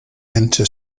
into